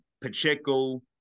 Pacheco